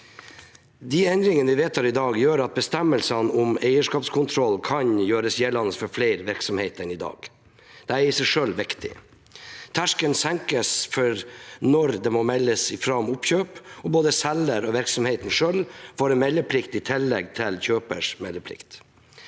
De endringene vi vedtar i dag, gjør at bestemmelsene om eierskapskontroll kan gjøres gjeldende for flere virksomheter enn i dag. Det er i seg selv viktig. Terskelen senkes for når det må meldes fra om oppkjøp, og både selger og virksomheten selv får en meldeplikt i tillegg til kjøpers meldeplikt.